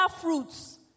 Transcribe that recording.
fruits